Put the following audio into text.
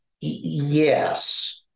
yes